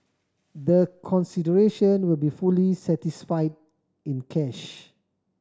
the consideration will be fully satisfied in cash